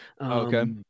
Okay